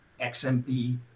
XMP